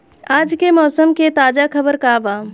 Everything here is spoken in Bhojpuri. आज के मौसम के ताजा खबर का बा?